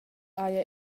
haja